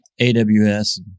AWS